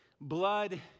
Blood